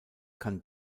kann